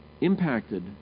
impacted